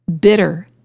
Bitter